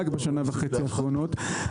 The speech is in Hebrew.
רק בשנה וחצי האחרונות,